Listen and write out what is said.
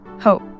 hope